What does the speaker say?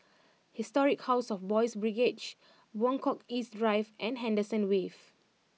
Historic House of Boys' Brigade Buangkok East Drive and Henderson Wave